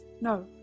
no